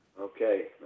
Okay